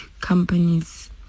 companies